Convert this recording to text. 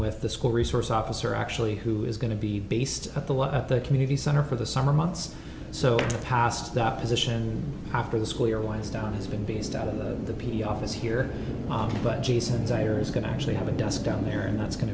with the school resource officer actually who is going to be based at the at the community center for the summer months so past the opposition after the school year winds down has been based out of the p office here but jason's iyer is going to actually have a desk down there and that's going